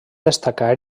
destacar